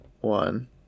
one